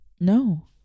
no